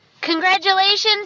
Congratulations